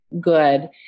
good